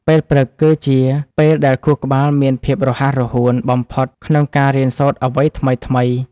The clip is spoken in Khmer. ពេលព្រឹកគឺជាពេលដែលខួរក្បាលមានភាពរហ័សរហួនបំផុតក្នុងការរៀនសូត្រអ្វីថ្មីៗ។